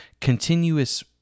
continuous